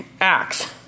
Acts